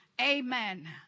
Amen